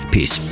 Peace